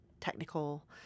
technical